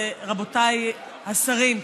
רבותיי השרים,